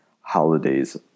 holidays